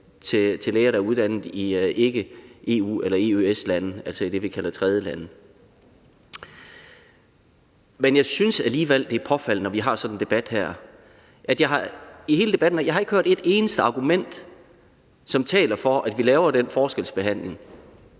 til læger, der er uddannet i ikke-EU- eller -EØS-lande, altså i det, vi kalder tredjelande. Men jeg synes alligevel, det er påfaldende, når vi har sådan en debat som den her, at jeg i hele debatten ikke har hørt et eneste argument, som taler for, at vi laver den forskelsbehandling.